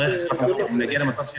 הפתרונות נמצאים